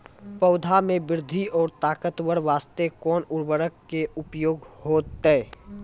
पौधा मे बृद्धि और ताकतवर बास्ते कोन उर्वरक के उपयोग होतै?